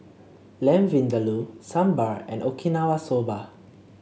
Lamb Vindaloo Sambar and Okinawa Soba